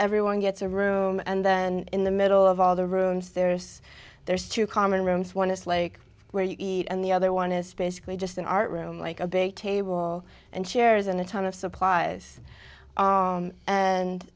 everyone gets a room and then in the middle of all the rooms there's there's two common rooms one is like where you eat and the other one is basically just an art room like a big table and chairs and a ton of supplies